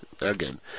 Again